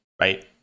right